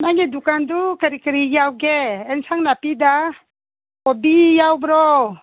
ꯅꯪꯒꯤ ꯗꯨꯀꯥꯟꯗꯨ ꯀꯔꯤ ꯀꯔꯤ ꯌꯥꯎꯒꯦ ꯑꯦꯟꯁꯥꯡ ꯅꯥꯄꯤꯗ ꯀꯣꯕꯤ ꯌꯥꯎꯕ꯭ꯔꯣ